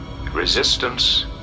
Resistance